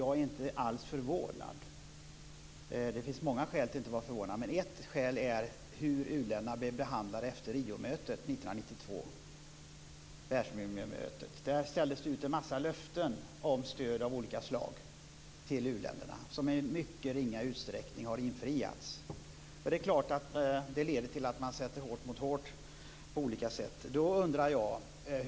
Jag är inte alls förvånad. Det finns många skäl till det, men ett skäl är det sätt på vilket de blev behandlade efter Riomötet 1992. Där ställdes det ut en massa löften om stöd av olika slag till u-länderna, som i mycket ringa utsträckning har infriats. Det leder självfallet till att man sätter hårt mot hårt på olika sätt.